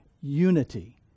unity